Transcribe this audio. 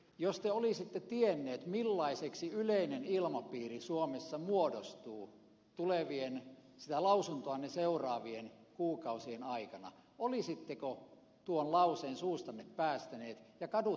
jos te olisitte tiennyt millaiseksi yleinen ilmapiiri suomessa muodostuu tulevien sitä lausuntoanne seuraavien kuukausien aikana olisitteko tuon lauseen suustanne päästänyt ja kadutteko sitä nyt